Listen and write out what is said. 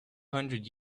hundred